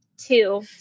Two